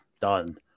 done